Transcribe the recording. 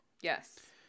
Yes